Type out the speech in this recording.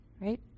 right